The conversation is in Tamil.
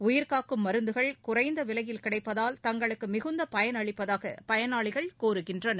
உயிர்காக்கும் மருந்துகள் குறைந்த விலையில் கிடைப்பதால் தங்களுக்கு மிகுந்த பயனளிப்பதாக பயனாளிகள் கூறுகின்றனர்